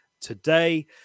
today